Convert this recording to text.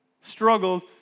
struggled